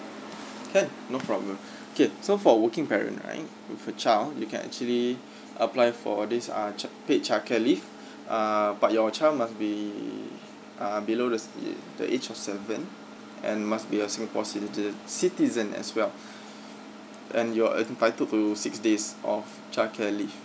can no problem okay so for working parent right with a child you can actually apply for this uh child paid childcare leave uh but your child must be uh below the stay the age of seven and must be a singapore citizen citizen as well and you're entitled to six days of childcare leave